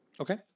Okay